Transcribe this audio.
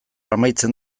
amaitzen